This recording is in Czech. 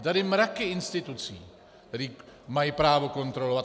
Jsou tady mraky institucí, které mají právo kontrolovat.